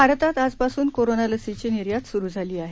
भारतातून आजपासून कोरोना लसीची निर्यात सुरु झाली आहे